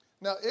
Now